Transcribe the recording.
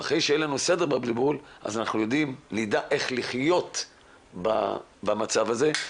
ואחרי שיהיה לנו סדר בבלבול נדע איך לחיות במצב הזה.